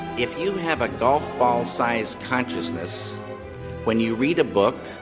if you have a golf-ball-size consciousness when you read a book,